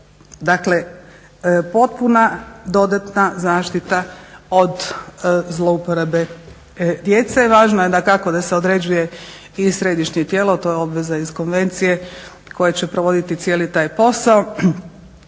Dakle, potpuna dodatna zaštita od zlouporabe djece. Važno je dakako da se određuje i središnje tijelo, to je obveza iz Konvencije koja će provoditi cijeli taj posao.